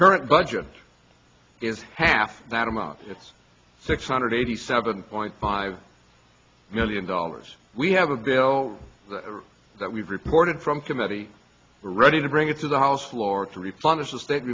current budget is half that amount it's six hundred eighty seven point five million dollars we have a bill that we've reported from committee we're ready to bring it to the house floor to refund is the state